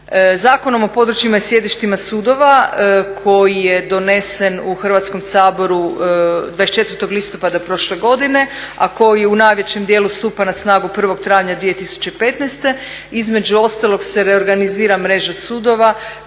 Zakonom o područjima i sjedištima sudova koji je donesen u Hrvatskom saboru 24. listopada prošle godine, a koji u najvećem dijelu stupa na snagu 1. travnja 2015. između ostalog se reorganizira mreža sudova